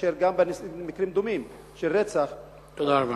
כאשר גם במקרים דומים של רצח, תודה רבה.